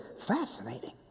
Fascinating